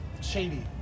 Shady